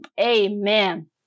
Amen